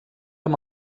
amb